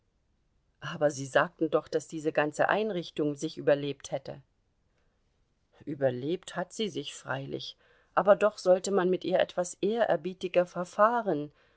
aber sie sagten doch daß diese ganze einrichtung sich überlebt hätte überlebt hat sie sich freilich aber doch sollte man mit ihr etwas ehrerbietiger verfahren